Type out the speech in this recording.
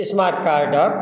smart card के